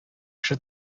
кеше